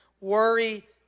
worry